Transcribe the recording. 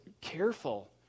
careful